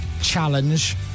challenge